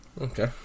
Okay